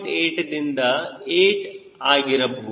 8 ದಿಂದ 8 ಆಗಿರಬಹುದು